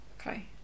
okay